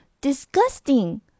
disgusting